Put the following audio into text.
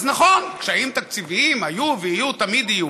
אז נכון, קשיים תקציביים היו ויהיו, תמיד יהיו,